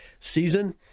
season